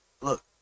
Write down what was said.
look